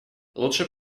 лучше